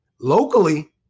locally